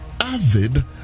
avid